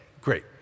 great